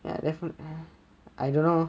well I don't know